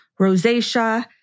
rosacea